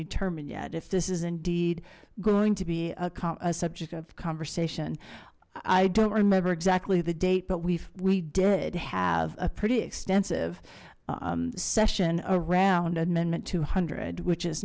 determined yet if this is indeed going to be a subject of conversation i don't remember exactly the date but we've we did have a pretty extensive session around amendment two hundred which is